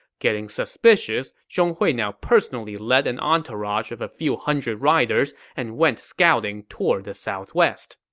getting suspicious, zhong hui now personally led an entourage of a few hundred riders and went scouting toward the southwest.